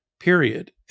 Period